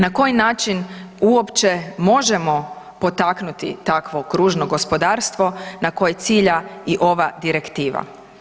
Na koji način uopće možemo potaknuti takvo kružno gospodarstvo na koje cilja i ova direktiva.